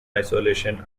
isolation